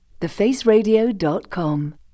thefaceradio.com